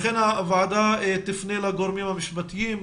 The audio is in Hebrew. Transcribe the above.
לכן הוועדה תפנה לגורמים המשפטים,